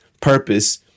purpose